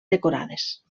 decorades